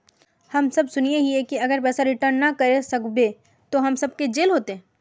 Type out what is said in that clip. हम सब सुनैय हिये की अगर पैसा रिटर्न ना करे सकबे तो हम सब के जेल होते?